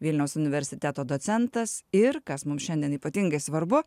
vilniaus universiteto docentas ir kas mum šiandien ypatingai svarbu